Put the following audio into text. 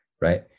right